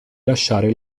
lasciare